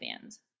fans